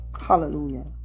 Hallelujah